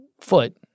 foot